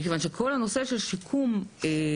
כיוון שכל נושא השיקום לילדים,